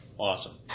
Awesome